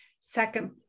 second